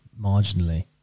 marginally